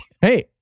Hey